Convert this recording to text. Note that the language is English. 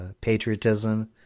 patriotism